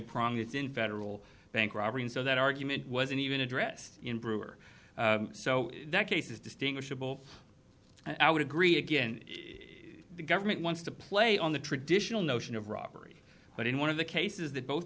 promise in federal bank robbery and so that argument wasn't even addressed in brewer so that case is distinguishable i would agree again the government wants to play on the traditional notion of robbery but in one of the cases that both